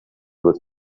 with